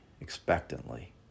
expectantly